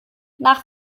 nach